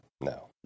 No